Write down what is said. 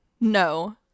no